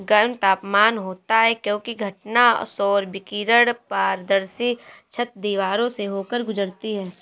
गर्म तापमान होता है क्योंकि घटना सौर विकिरण पारदर्शी छत, दीवारों से होकर गुजरती है